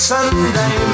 Sunday